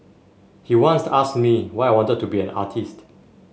he once asked me why I wanted to be an artist